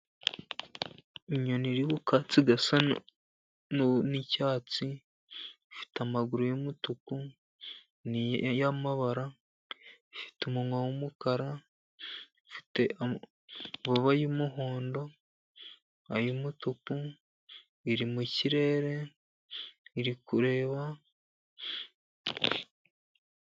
Inyoni iri ku katsi gasa n'icyatsi, ifite amaguru y'umutuku y'amabara, ifite umunwa w'umukara, ifite amababa y'umuhondo, ay'umutuku, iri mu kirere, iri kureba.